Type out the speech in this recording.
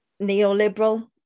neoliberal